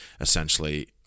essentially